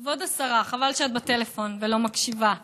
כבוד השרה, חבל שאת בטלפון ולא מקשיבה לדיון,